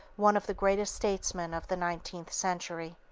one of the greatest statesmen of the nineteenth century.